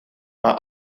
maar